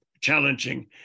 challenging